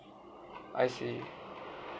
I see